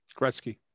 Gretzky